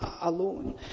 alone